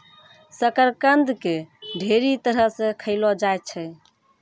शकरकंद के ढेरी तरह से खयलो जाय छै